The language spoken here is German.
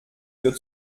für